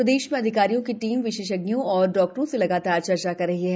प्रदेश में अधिकारियों की टीम विशेषज्ञों और चिकित्सकों से लगातार चर्चा कर रही है